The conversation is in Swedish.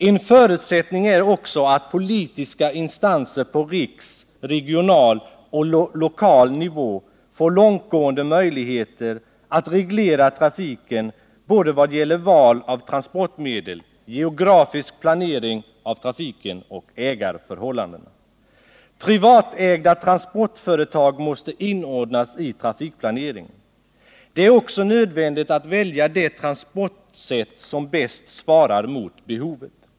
En förutsättning är också att politiska instanser på riksnivå, regional och lokal nivå får långtgående möjligheter att reglera trafiken vad gäller både val av transportmedel och geografisk planering av trafiken och ägandeförhållandena. Privatägda transportföretag måste inordnas i trafikplaneringen. Det är också nödvändigt att välja det transportsätt som bäst svarar mot behovet.